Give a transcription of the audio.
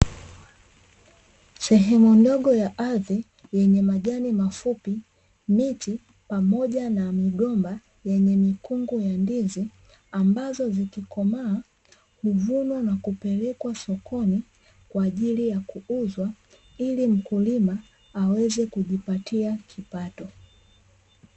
Sehemu ndogo ya ardhi yenye majani mafupi, miti pamoja na migomba yenye mikungu ya ndizi ambazo zikikomaa huvunwa na kupelekwa sokoni, kwa ajili ya kuuzwa ili mkulima aweze kujipatia kipato.